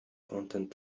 content